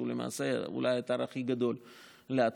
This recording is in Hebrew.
שהוא למעשה אולי האתר הכי גדול להטמנה.